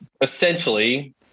essentially